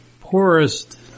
poorest